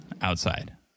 outside